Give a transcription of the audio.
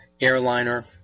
airliner